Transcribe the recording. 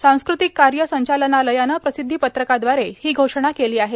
सांस्कृतिक कार्य संचालनालयानं प्रसिद्धीपत्रकाद्वारे ही घोषणा केली आहे